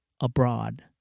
abroad